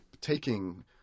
taking